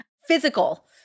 physical